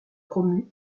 promu